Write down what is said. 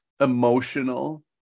emotional